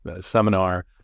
seminar